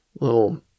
little